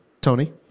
Tony